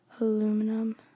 aluminum